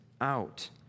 out